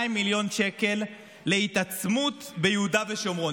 האם נראה לך ראוי להעביר 200 מיליון שקל להתעצמות ביהודה ושומרון?